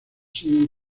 siguen